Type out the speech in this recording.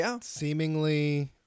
seemingly